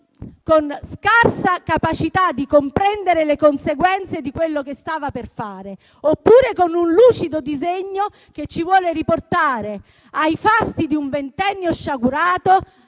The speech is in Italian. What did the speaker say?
con scarsa capacità di comprendere le conseguenze di quello che stava per fare, oppure con un lucido disegno che ci vuole riportare ai fasti di un ventennio sciagurato,